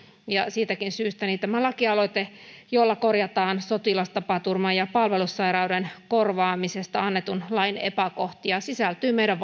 siitäkin syystä tämä lakialoite jolla korjataan sotilastapaturman ja palvelussairauden korvaamisesta annetun lain epäkohtia sisältyy meidän